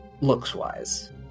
looks-wise